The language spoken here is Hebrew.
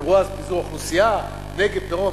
דיברו אז על פיזור אוכלוסייה, נגב, דרום.